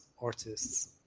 artists